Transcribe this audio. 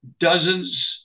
dozens